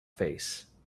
face